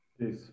Yes